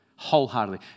Wholeheartedly